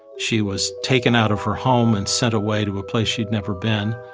she was taken out of her home and sent away to a place she'd never been.